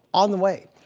on the way.